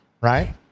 right